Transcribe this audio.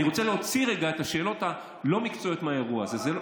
אני רוצה להוציא רגע את השאלות הלא-מקצועיות מהאירוע הזה.